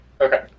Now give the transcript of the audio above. Okay